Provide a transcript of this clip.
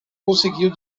conseguiu